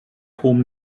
hohem